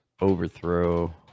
Overthrow